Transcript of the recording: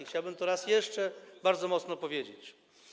Chciałbym to raz jeszcze bardzo mocno powiedzieć.